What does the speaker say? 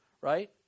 right